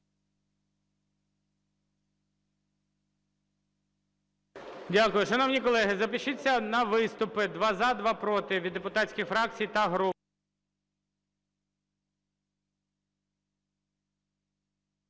Дякую. Шановні колеги, запишіться на виступи: два – за, два – проти, від депутатських фракцій та груп.